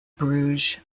bruges